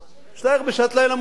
כשאתה ער בשעת לילה מאוחרת,